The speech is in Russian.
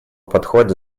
подходе